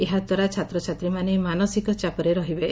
ଏହା ଦ୍ୱାରା ଛାତ୍ରଛାତ୍ରୀମାନେ ମାନସିକ ଚାପରେ ରହିବେ